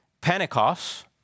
Pentecost